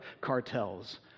cartels